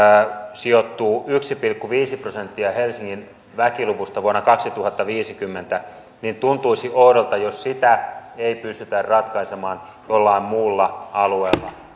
sijoittuu yksi pilkku viisi prosenttia helsingin väkiluvusta vuonna kaksituhattaviisikymmentä niin tuntuisi oudolta jos sitä ei pystytä ratkaisemaan jollain muulla alueella